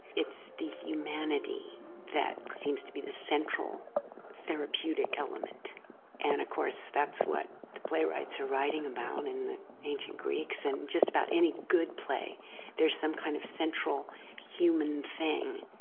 it's the humanity that seems to be the central therapeutic element and of course that's what the playwrights are writing about and the ancient greeks and just about any good play there's some kind of central human thing.